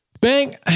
Bang